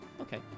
okay